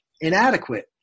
inadequate